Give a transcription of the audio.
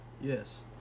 Yes